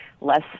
Less